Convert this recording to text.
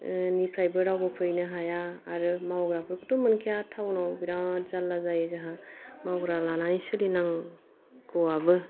निफ्रायबो रावबो फैनो हाया आरो मावग्राफोरखौथ' मोनखाया टावनाव बिराद जारला जायो जोहा मावग्रा लानानै सोलिनांगौवाबो